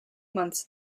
months